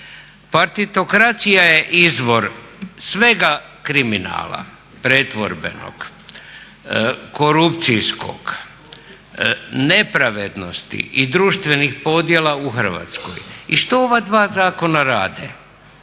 Partitokracija je izvor svega kriminala pretvorbenog, korupcijskog, nepravednosti i društvenih podjela u Hrvatskoj. I što ova dva zakona rade?